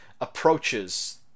Approaches